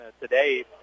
today